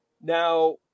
Now